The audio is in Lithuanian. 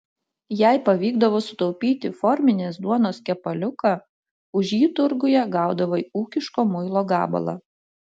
jei pavykdavo sutaupyti forminės duonos kepaliuką už jį turguje gaudavai ūkiško muilo gabalą